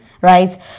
right